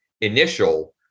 initial